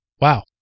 wow